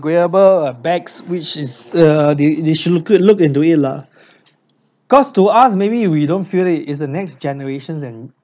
wherever a bags which is uh they they should could look into it lah cause to us maybe we don't feel it it's the next generations and